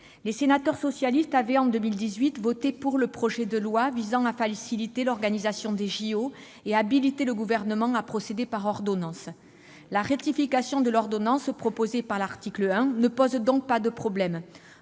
les sénateurs socialistes avaient voté pour le projet de loi visant à faciliter l'organisation des jeux Olympiques et à habiliter le Gouvernement à procéder par ordonnance. La ratification de l'ordonnance, proposée par l'article 1, ne pose donc pas de problème,